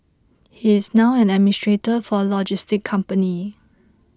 he is now an administrator for a logistics company